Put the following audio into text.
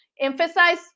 Emphasize